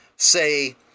say